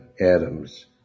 adams